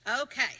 Okay